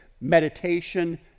meditation